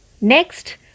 Next